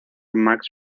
max